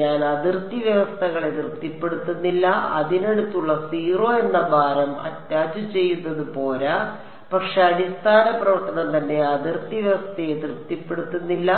ഞാൻ അതിർത്തി വ്യവസ്ഥകളെ തൃപ്തിപ്പെടുത്തുന്നില്ല അതിനടുത്തായി 0 എന്ന ഭാരം അറ്റാച്ചുചെയ്യുന്നത് പോരാ പക്ഷേ അടിസ്ഥാന പ്രവർത്തനം തന്നെ അതിർത്തി വ്യവസ്ഥയെ തൃപ്തിപ്പെടുത്തുന്നില്ല